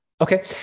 Okay